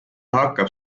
hakkab